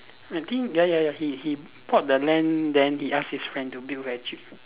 I think ya ya ya he he bought the land then he ask his friend to build very cheap